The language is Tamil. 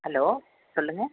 ஹலோ சொல்லுங்கள்